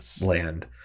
land